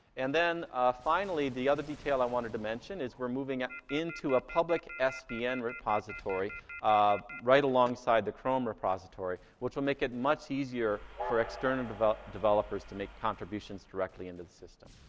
and then finally, the other detail i wanted to mention is we're moving into a public svn repository um right alongside the chrome repository, which will make it much easier for external developers developers to make contributions directly into the system.